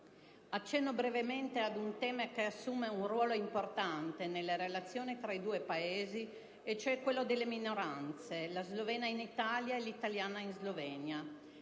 Accenno brevemente ad un tema che assume un ruolo importante nelle relazioni tra i due Paesi e cioè quello delle minoranze, la slovena in Italia e la italiana in Slovenia: